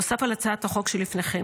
נוסף על הצעת החוק שלפניכם,